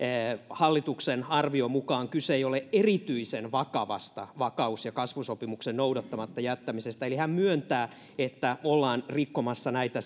hallituksen arvion mukaan kyse ei ole erityisen vakavasta vakaus ja kasvusopimuksen noudattamatta jättämisestä eli hän myöntää että ollaan rikkomassa näitä